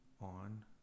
on